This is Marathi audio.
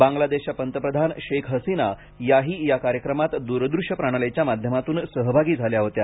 बांगलादेशच्या पंतप्रधान शेख हसीना या ही या कार्यक्रमात द्रदृश्य प्रणालीच्या माध्यमातून सहभागी झाल्या होत्या